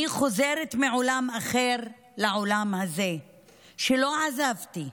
// אני חוזרת מעולם אחר / לעולם הזה / שלא עזבתי,